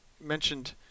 mentioned